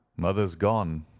mother's gone.